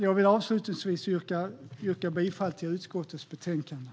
Jag vill avslutningsvis yrka bifall till utskottets förslag i betänkandet.